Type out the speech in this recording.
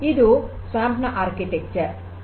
ಇದು SWAMP ನ ವಾಸ್ತುಶಿಲ್ಪ